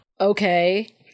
Okay